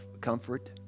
comfort